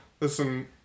Listen